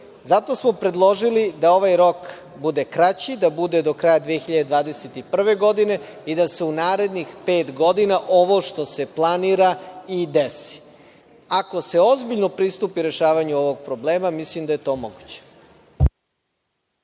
Zato smo predložili da ovaj rok bude kraći, da bude do kraja 2021. godine i da se u narednih pet godina ovo što se planira i desi. Ako se ozbiljno pristupi rešavanju ovog problema mislim da je to moguće.